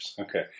Okay